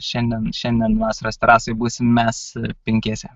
šiandien šiandien vasaros terasoj būsim mes penkiese